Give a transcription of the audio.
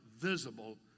visible